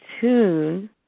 tune